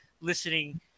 listening